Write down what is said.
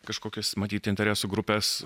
kažkokias matyt interesų grupes